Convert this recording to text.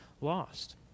lost